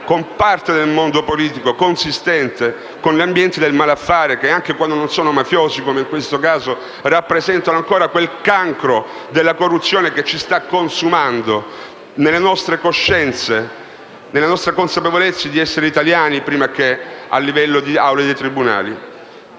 consistenti del mondo politico con ambienti del malaffare che - anche quando non sono mafiosi come in questo caso - rappresentano ancora quel cancro della corruzione che ci sta consumando nelle nostre coscienze, nella nostra consapevolezza di essere italiani prima che a livello di aule di tribunali.